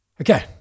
Okay